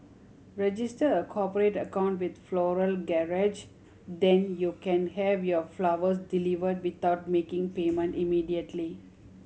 register a cooperate account with Floral Garage then you can have your flowers deliver without making payment immediately